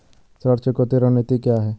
ऋण चुकौती रणनीति क्या है?